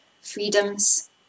freedoms